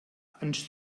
ens